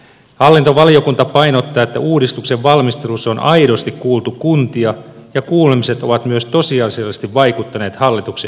hallintovaliokunta painottaa että uudistuksen valmistelussa on aidosti kuultu kuntia ja kuulemiset ovat myös tosiasiallisesti vaikuttaneet hallituksen esityksen sisältöön